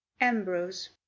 ambrose